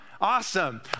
Awesome